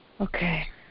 Okay